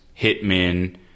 hitmen